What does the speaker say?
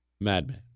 Madman